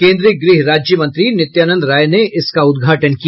केन्द्रीय गृह राज्य मंत्री नित्यानंद राय ने इसका उद्घाटन किया